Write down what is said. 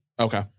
Okay